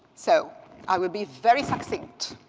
so i will be very succinct.